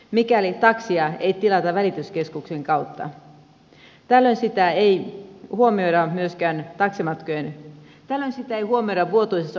mikäli taksia ei tilata välityskeskuksen kautta tällöin sitä ei huomioida myöskään ne pääsevät kehittämään siten voimme vuotuisessa omavastuukertymässäkään